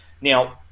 now